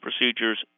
procedures